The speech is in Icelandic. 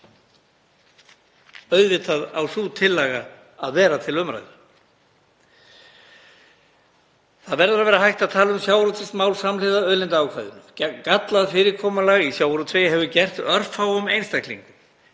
Auðvitað á sú tillaga að vera til umræðu. Það verður að vera hægt að tala um sjávarútvegsmál samhliða auðlindaákvæðinu. Gallað fyrirkomulag í sjávarútvegi hefur gert örfáum einstaklingum